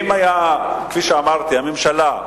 כפי שאמרתי: אם הממשלה,